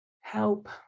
help